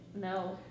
no